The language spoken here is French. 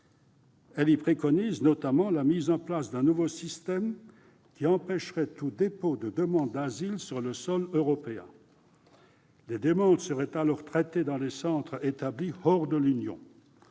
Elle y préconise notamment la mise en place d'un nouveau système qui empêcherait tout dépôt de demande d'asile sur le sol européen. Les demandes seraient dès lors traitées dans des centres établis hors de l'Union.